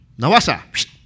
nawasa